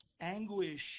Anguish